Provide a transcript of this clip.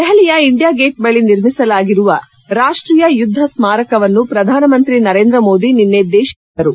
ದೆಹಲಿಯ India gate ಬಳಿ ನಿರ್ಮಿಸಲಾಗಿರುವ ರಾಷ್ಷೀಯ ಯುದ್ದ ಸ್ಮಾರಕವನ್ನು ಪ್ರಧಾನಮಂತ್ರಿ ನರೇಂದ್ರ ಮೋದಿ ನಿನ್ನೆ ದೇಶಕ್ಷೆ ಸಮರ್ಪಿಸಿದರು